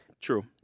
True